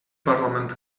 parliament